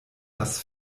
das